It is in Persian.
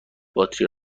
باتری